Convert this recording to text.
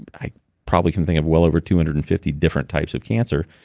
i probably could think of well over two hundred and fifty different types of cancer,